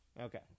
Okay